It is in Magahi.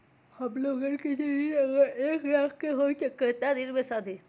हमन लोगन के जे ऋन अगर एक लाख के होई त केतना दिन मे सधी?